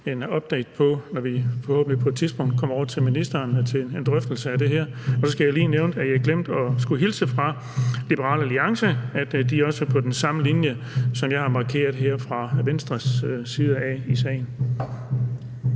en update på, når vi forhåbentlig på et tidspunkt kommer over til ministeren til en drøftelse af det her. Så skal jeg lige nævne, at jeg glemte, at jeg skulle hilse fra Liberal Alliance og sige, at de også er på den samme linje i sagen, som jeg her har markeret fra Venstres side. Kl.